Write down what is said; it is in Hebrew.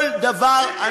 כל דבר אני מוכן.